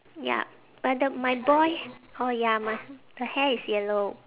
ya but the my boy oh ya my the hair is yellow